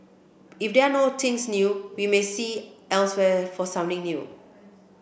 if there are no things new we may see elsewhere for something new